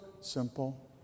simple